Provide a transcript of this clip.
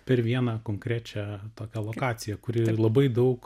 per vieną konkrečią tokią lokaciją kuri labai daug